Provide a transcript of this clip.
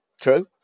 true